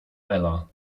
ela